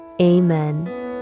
Amen